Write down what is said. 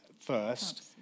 first